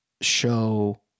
show